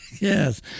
Yes